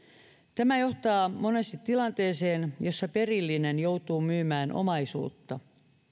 tämä johtaa monesti tilanteeseen jossa perillinen joutuu myymään omaisuutta